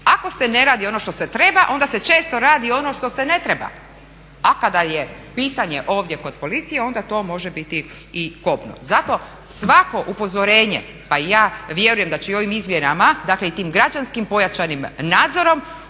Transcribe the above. ako se ne radi ono što se treba onda se često radi ono što se ne treba. A kada je pitanje ovdje kod policije onda to može biti i kobno. Zato, svako upozorenje, ja vjerujem da će i ovim izmjenama, dakle i tim građanskim pojačanim nadzorom